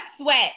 sweat